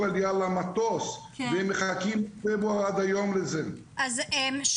לעליה למטוס והם מחכים מפברואר עד היום לאשור.